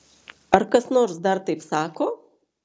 ar kas nors dar taip sako